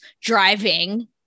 driving